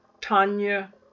Tanya